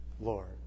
Lord